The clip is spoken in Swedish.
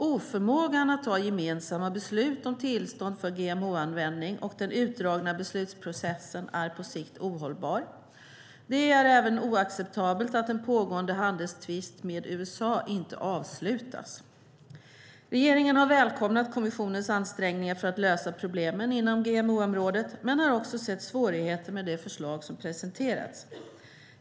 Oförmågan att ta gemensamma beslut om tillstånd för GMO-användning och den utdragna beslutsprocessen är på sikt ohållbar. Det är även oacceptabelt att en pågående handelstvist med USA inte avslutas. Regeringen har välkomnat kommissionens ansträngningar för att lösa problemen inom GMO-området men har också sett svårigheter med det förslag som presenterats.